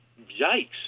Yikes